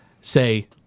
say